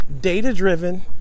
data-driven